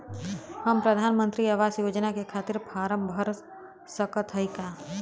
हम प्रधान मंत्री आवास योजना के खातिर फारम भर सकत हयी का?